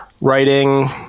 writing